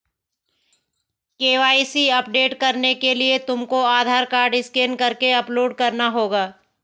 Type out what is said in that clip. KYC update करने के लिए तुमको आधार कार्ड स्कैन करके अपलोड करना होगा